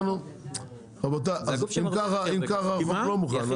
רבותיי אם ככה החוק לא מוכן.